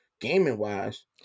gaming-wise